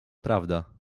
prawda